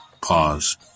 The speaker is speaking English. pause